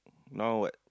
now what